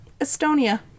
Estonia